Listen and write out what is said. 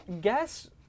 Guess